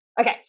Okay